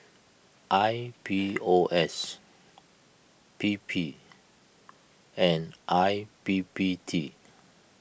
I P O S P P and I P P T